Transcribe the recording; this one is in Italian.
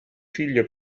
figlio